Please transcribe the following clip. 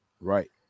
Right